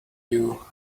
you